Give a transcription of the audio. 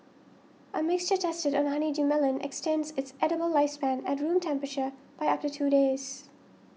a mixture tested on a honeydew melon extended its edible lifespan at room temperature by up to two days